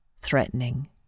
threatening